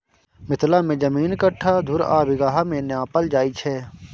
मिथिला मे जमीन कट्ठा, धुर आ बिगहा मे नापल जाइ छै